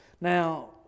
Now